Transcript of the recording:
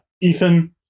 Ethan